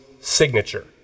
signature